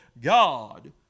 God